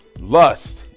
Lust